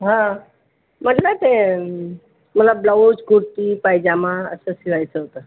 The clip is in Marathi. हा म्हटलं ते मला ब्लाऊज कुर्ती पायजमा असं शिवायचं होतं